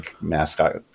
mascot